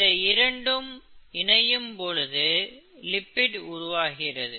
இந்த இரண்டும் இணையும் பொழுது லிபிட் உருவாகிறது